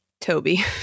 Toby